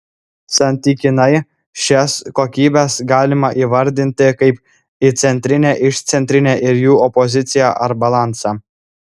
santykinai šias kokybes galime įvardinti kaip įcentrinę išcentrinę ir jų opoziciją ar balansą